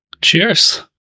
Cheers